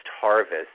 harvest